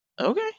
Okay